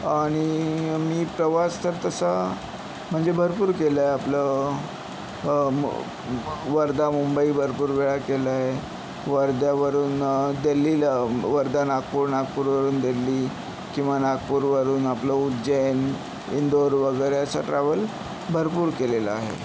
आणि मी प्रवास तर तसा म्हणजे भरपूर केला आहे आपलं म वर्धा मुंबई भरपूर वेळा केला आहे वर्ध्यावरून दिल्लीला वर्धा नागपूर नागपूरवरून दिल्ली किंवा नागपूरवरून आपलं उज्जैन इंदोर वगैरे असं ट्रॅव्हल भरपूर केलेलं आहे